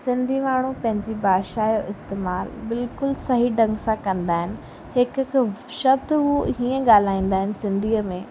सिंधी माण्हू पंहिंजी भाषा इस्तेमाल बिल्कुलु सही ढंग सां कंदा आहिनि हिकु हिकु शब्द उहे हीअं ॻाल्हाईंदा आहिनि सिंधीअ में